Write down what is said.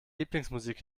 lieblingsmusik